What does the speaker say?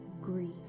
grief